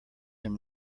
him